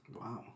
Wow